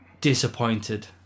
disappointed